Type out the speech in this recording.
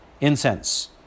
incense